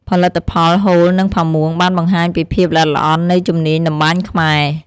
ផលិតផល ហូល និងផាមួង បានបង្ហាញពីភាពល្អិតល្អន់នៃជំនាញតម្បាញខ្មែរ។